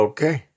Okay